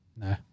No